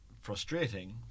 frustrating